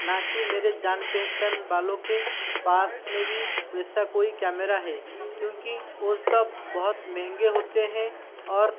ना कि मेरे जान पहचान वालों के पास में भी वैसा कोई कैमरा है क्योंकि वो सब बहुत महंगे होते हैं और